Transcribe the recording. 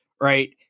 Right